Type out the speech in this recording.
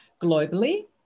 globally